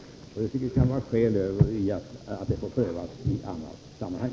Jag tycker det kan vara skäl i att detta får prövas i annat sammanhang.